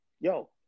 Yo